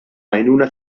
għajnuna